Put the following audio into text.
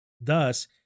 Thus